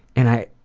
and i